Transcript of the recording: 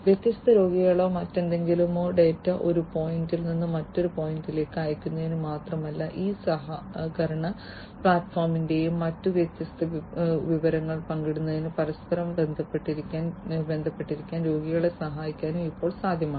വ്യത്യസ്ത രോഗികളുടെയോ മറ്റെന്തെങ്കിലുമോ ഡാറ്റ ഒരു പോയിന്റിൽ നിന്ന് മറ്റൊന്നിലേക്ക് അയയ്ക്കുന്നതിന് മാത്രമല്ല ഈ സഹകരണ പ്ലാറ്റ്ഫോമിലൂടെയും മറ്റും വ്യത്യസ്ത വിവരങ്ങൾ പങ്കിടുന്നതിന് പരസ്പരം പരസ്പരം ബന്ധപ്പെട്ടിരിക്കാൻ രോഗികളെ സഹായിക്കാനും ഇപ്പോൾ സാധ്യമാണ്